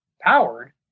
powered